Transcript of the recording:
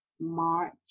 march